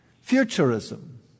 Futurism